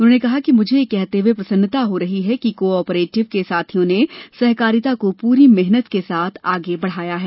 उन्होंने कहा कि मुझे ये कहते हुए प्रसन्नता हो रही है कि को आपरेटिव के साथियों ने सहकारिता को पूरी मेहनत के साथ आगे बढाया है